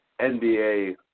NBA